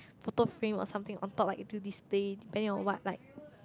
photo frame or something on top like into this space then you are on what like